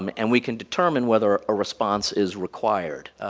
um and we can determine whether a response is required.